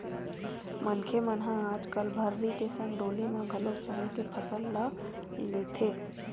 मनखे मन ह आजकल भर्री के संग डोली म घलोक चना के फसल ल लेथे